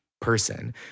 person